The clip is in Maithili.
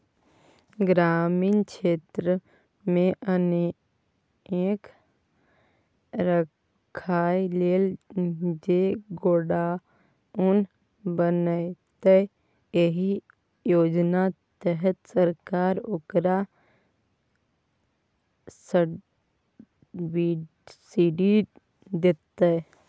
ग्रामीण क्षेत्रमे अन्नकेँ राखय लेल जे गोडाउन बनेतै एहि योजना तहत सरकार ओकरा सब्सिडी दैतै